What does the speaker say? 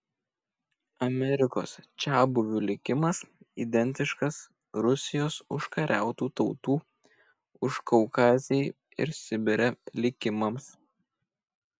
amerikos čiabuvių likimas identiškas rusijos užkariautų tautų užkaukazėj ir sibire likimams